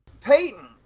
Peyton